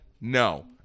No